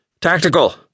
Tactical